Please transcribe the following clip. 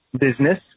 business